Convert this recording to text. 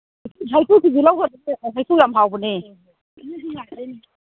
ꯍꯩꯀꯨꯁꯤꯁꯨ ꯂꯧꯒꯣꯁꯦ ꯍꯩꯀꯨ ꯌꯥꯝ ꯍꯥꯎꯕꯅꯦ